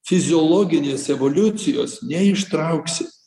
fiziologinės evoliucijos neištrauksi